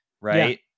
right